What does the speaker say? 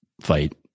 fight